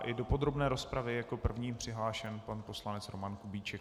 I do podrobné rozpravy je jako první přihlášen pan poslanec Roman Kubíček.